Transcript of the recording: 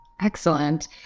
Excellent